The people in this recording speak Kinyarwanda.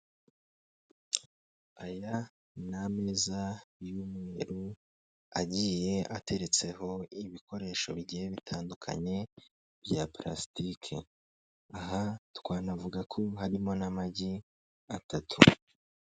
Aya ni ameza y'umweru agiye ateretseho ibikoresho bigiye bitandukanye bya pulasitike. Aha twanavuga ko harimo n'amagi atatu.